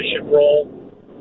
role